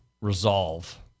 resolve